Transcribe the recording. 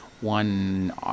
one